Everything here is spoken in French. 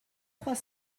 trois